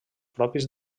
propis